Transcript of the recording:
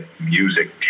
music